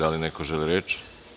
Da li neko želi reč?